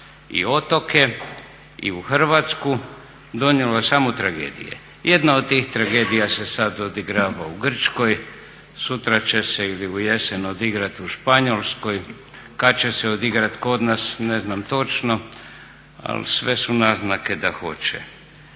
i otoke i u Hrvatsku donijelo je samo tragedije. Jedna od tih tragedija se sad odigrava u Grčkoj, sutra će se ili u jesen odigrati u Španjolskoj, kad će se odigrati kod nas ne znam točno, ali sve su naznake da hoće.